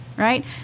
Right